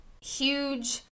huge